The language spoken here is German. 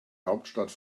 hauptstadt